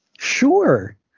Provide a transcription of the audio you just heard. Sure